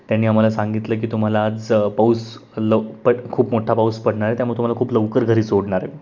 त्यांनी आम्हाला सांगितलं की तुम्हाला आज पाऊस लव पड खूप मोठा पाऊस पडणार आहे त्यामुळे तुम्हाला खूप लवकर घरी सोडणार आहे